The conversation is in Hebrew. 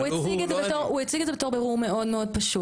הוא הציג את זה בתור בירור מאוד מאוד פשוט.